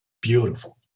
beautiful